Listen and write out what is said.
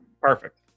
Perfect